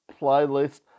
playlist